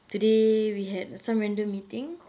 today we had some random meeting